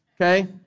Okay